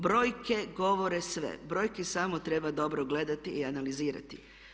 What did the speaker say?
Brojke govore sve, brojke samo treba dobro gledati i analizirati.